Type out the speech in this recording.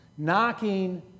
knocking